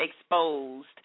exposed